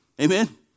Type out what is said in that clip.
Amen